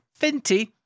Finty